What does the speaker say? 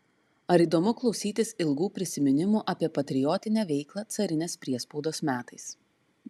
ar įdomu klausytis ilgų prisiminimų apie patriotinę veiklą carinės priespaudos metais